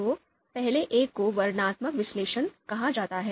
तो पहले एक को वर्णनात्मक विश्लेषण कहा जाता है